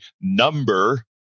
number